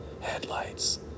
Headlights